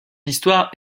histoire